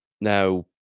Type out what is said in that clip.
Now